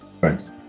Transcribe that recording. Thanks